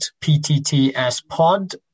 pttspod